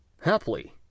Happily